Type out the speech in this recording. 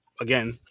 again